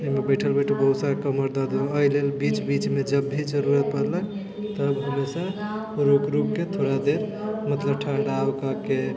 एहिमे बैठल बैठल बहुत सारा कमर दर्द होइ छै एहि लेल बीच बीचमे जब भी जरुरत पड़लै तब जइसे रुक रुकके थोड़ा देर मतलब ठण्डा हो करके